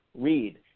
read